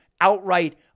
outright